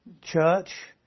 Church